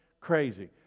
crazy